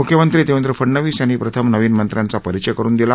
मुख्यमंत्री देवेंद्र फडनवीस यांनी प्रथम नवीन मंत्र्यांच्या परिचय करुन दिला